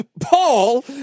Paul